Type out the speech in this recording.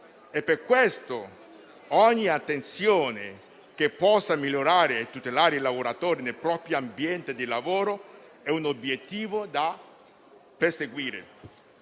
per questo, ogni attenzione che possa migliorare la tutela dei lavoratori nel proprio ambiente di lavoro è un obiettivo da perseguire.